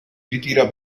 ritira